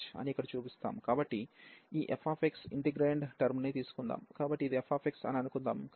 కాబట్టి ఈ f integrand term ని తీసుకుందాం కాబట్టి ఇది f అని అనుకుందాం